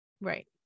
Right